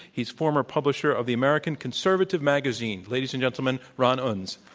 he's former publisher of the american conservative magazine. ladies and gentlemen, ron unz.